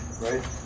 right